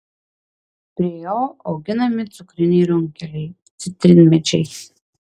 prie jo auginami cukriniai runkeliai citrinmedžiai